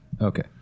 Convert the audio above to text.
Okay